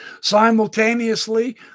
Simultaneously